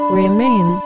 remain